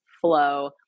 flow